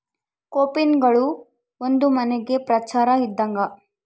ಕೋಪಿನ್ಗಳು ಒಂದು ನಮನೆ ಪ್ರಚಾರ ಇದ್ದಂಗ